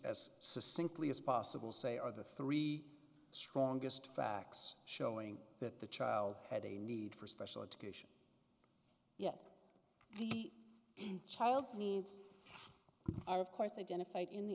as simply as possible say are the three strongest facts showing that the child had a need for special education yes child's needs of course identified in the